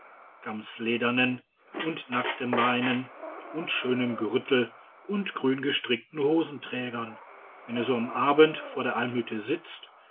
gamsledernen und nackten beinen und schönem gürtel und grüngestickten hosenträgern wenn er so am abend vor der almhütte sitzt